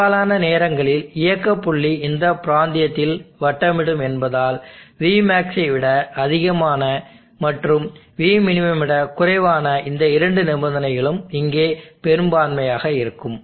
பெரும்பாலான நேரங்களில் இயக்கப் புள்ளி இந்த பிராந்தியத்தில் வட்டமிடும் என்பதால் vmax விட அதிகமான மற்றும் vmin விட குறைவான இந்த இரண்டு நிபந்தனைகளும் இங்கே பெரும்பான்மையாக இருக்கும்